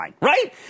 right